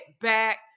back